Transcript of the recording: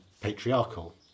patriarchal